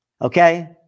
Okay